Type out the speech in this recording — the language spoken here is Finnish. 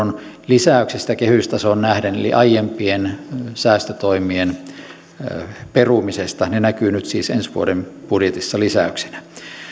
miljoonan euron lisäyksistä kehystasoon nähden eli aiempien säästötoimien perumisesta ne näkyvät nyt siis ensi vuoden budjetissa lisäyksinä